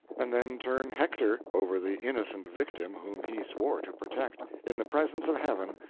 and then turn hector over the innocent victim whom he swore to protect, in the presence of heaven,